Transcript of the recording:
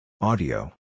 Audio